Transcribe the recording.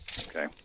Okay